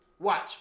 Watch